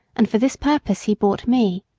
and for this purpose he bought me.